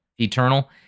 Eternal